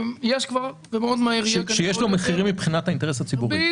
שיש לו מחירים מבחינת האינטרס הציבורי,